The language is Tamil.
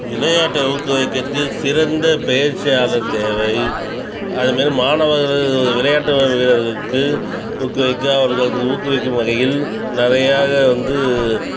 விளையாட்டை ஊக்குவிக்கறதுக்குச் சிறந்த பயிற்சியாளர் தேவை அதுமாரி மாணவர்கள் விளையாட்டு வீரர்களுக்கு ஊக்குவிக்க அவர்களுக்கு ஊக்குவிக்கும் வகையில் நிறையாக வந்து